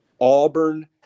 Auburn